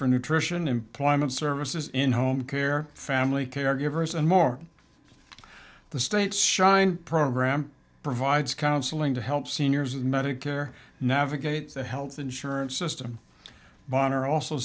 for nutrition employment services in home care family caregivers and more the state's shine program provides counseling to help seniors and medicare navigate the health insurance system b